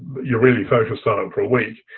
you're really focused but for a week.